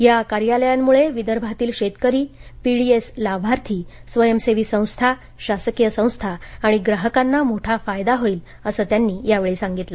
या कार्यालयांमुळे विदर्भातील शेतकरी पीडीएस लाभार्थी स्वयंसेवी संस्था शासकीय संस्था आणि ग्राहकांना मोठा फायदा होईल असं यांनी सांगितलं